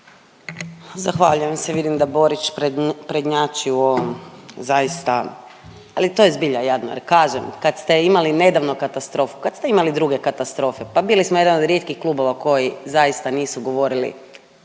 Zahvaljujem se. Vidim da Borić prednjači u ovom zaista, ali to je zbilja jadno jer kažem kad ste imali nedavno katastrofu, kad ste imali druge katastrofe, pa bili smo jedan od rijetkih klubova koji zaista nisu govorili